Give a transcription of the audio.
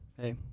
Hey